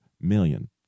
million